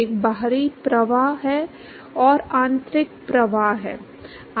एक बाहरी प्रवाह है और आंतरिक प्रवाह है